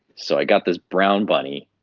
so i got this brown bunny,